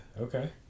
okay